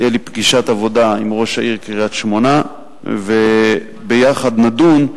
תהיה לי פגישת עבודה עם ראש העיר קריית-שמונה וביחד נדון,